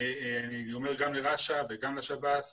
אני אומר גם לרש"א וגם לשב"ס,